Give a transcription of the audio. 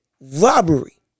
robbery